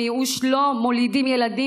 מייאוש לא מולידים ילדים,